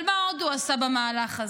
אבל מה עוד הוא עשה במהלך הזה?